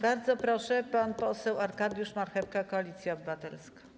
Bardzo proszę, pan poseł Arkadiusz Marchewka, Koalicja Obywatelska.